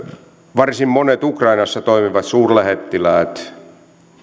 varsin monet ukrainassa toimivat suurlähettiläät